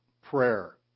prayer